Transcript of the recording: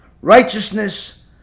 righteousness